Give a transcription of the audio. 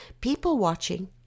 people-watching